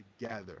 together